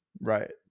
Right